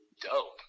Dope